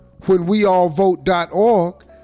whenweallvote.org